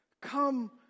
come